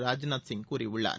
ராஜ்நாத் சிங் கூறியுள்ளார்